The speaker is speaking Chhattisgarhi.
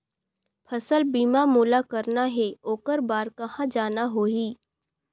फसल बीमा मोला करना हे ओकर बार कहा जाना होही?